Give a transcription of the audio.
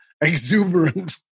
exuberant